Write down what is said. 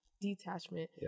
detachment